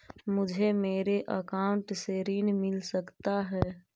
मुझे मेरे अकाउंट से ऋण मिल सकता है?